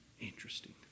interesting